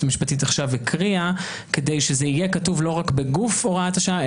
המשפטית הקריאה עכשיו כדי שזה יהיה כתוב לא רק בגוף הוראת השעה,